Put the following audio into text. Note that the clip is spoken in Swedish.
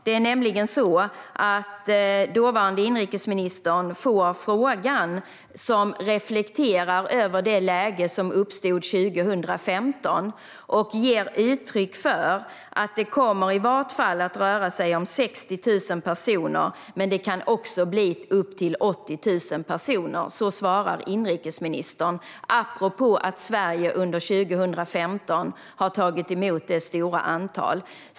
Det är nämligen så att den dåvarande inrikesministern fick en fråga som reflekterade över det läge som uppstod 2015, och han gav uttryck för att det i varje fall skulle röra sig om 60 000 personer men att det kunde bli upp till 80 000 personer. Så svarade inrikesministern apropå att Sverige under 2015 tog emot ett stort antal.